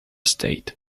state